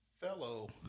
fellow